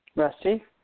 Rusty